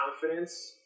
confidence